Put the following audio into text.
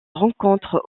rencontre